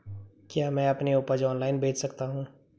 क्या मैं अपनी उपज ऑनलाइन बेच सकता हूँ?